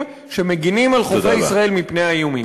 שמגינים על חופי ישראל מפני האיומים.